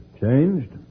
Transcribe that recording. Changed